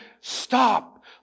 stop